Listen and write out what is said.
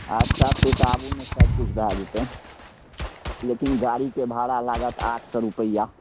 अच्छा से तऽ आबु ने सबकिछु भए जेतै लेकिन गाडीके भाड़ा लागत आठ सए रुपैआ